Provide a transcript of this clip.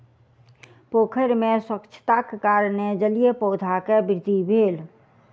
पोखैर में स्वच्छताक कारणेँ जलीय पौधा के वृद्धि भेल